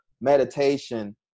meditation